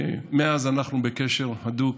מאז אנחנו בקשר הדוק.